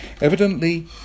Evidently